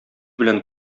белән